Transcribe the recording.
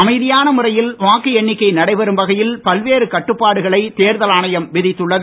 அமைதியான முறையில் வாக்கு எண்ணிக்கை நடைபெறும் வகையில் பல்வேறு கட்டுப்பாடுகளை தேர்தல் ஆணையம் விதித்துள்ளது